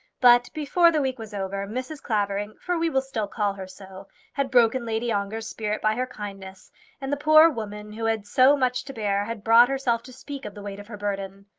but before the week was over, mrs. clavering for we will still call her so had broken lady ongar's spirit by her kindness and the poor woman who had so much to bear had brought herself to speak of the weight of her burden.